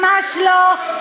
ממש לא.